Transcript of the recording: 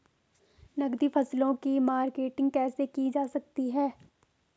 नकदी फसलों की मार्केटिंग कैसे की जा सकती है?